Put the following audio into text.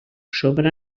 sobre